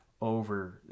over